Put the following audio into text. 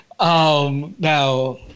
Now